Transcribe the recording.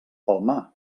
palmar